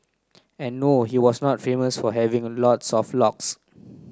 and no he was not famous for having a lots of locks